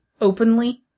openly